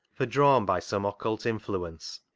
for, drawn by some occult influence,